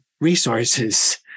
resources